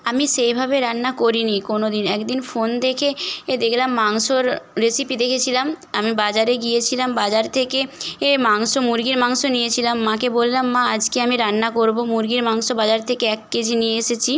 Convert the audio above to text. আমি সেইভাবে রান্না করিনি কোনো দিন এক দিন ফোন দেখে দেখলাম মাংসর রেসিপি দেখেছিলাম আমি বাজারে গিয়েছিলাম বাজার থেকে এ মাংস মুরগির মাংস নিয়েছিলাম মাকে বললাম মা আজকে আমি রান্না করব মুরগির মাংস বাজার থেকে এক কেজি নিয়ে এসেছি